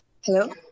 Hello